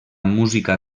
música